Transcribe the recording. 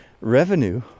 revenue